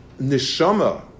Neshama